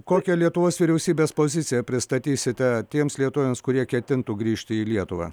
kokią lietuvos vyriausybės poziciją pristatysite tiems lietuviams kurie ketintų grįžti į lietuvą